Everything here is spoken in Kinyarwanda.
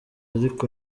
ariko